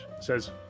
says